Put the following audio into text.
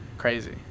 Crazy